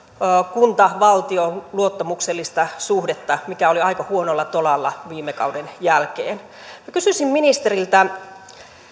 kunta valtio suhdetta luottamuksellista suhdetta mikä oli aika huonolla tolalla viime kauden jälkeen kysyisin ministeriltä